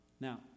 Now